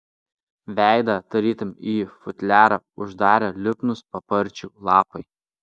veidą tarytum į futliarą uždarė lipnūs paparčių lapai